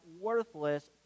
worthless